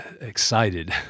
excited